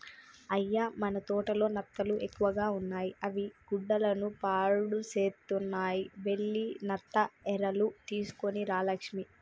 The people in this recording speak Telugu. అయ్య మన తోటలో నత్తలు ఎక్కువగా ఉన్నాయి అవి గుడ్డలను పాడుసేస్తున్నాయి వెళ్లి నత్త ఎరలు తీసుకొని రా లక్ష్మి